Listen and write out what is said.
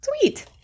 sweet